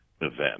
event